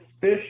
Fish